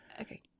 Okay